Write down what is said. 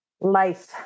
Life